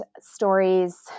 stories